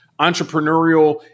entrepreneurial